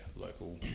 local